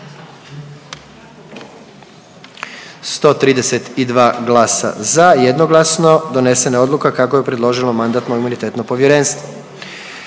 132 glasa za, jednoglasno donesena je odluka kako je predložilo Mandatno-imunitetno povjerenstvo.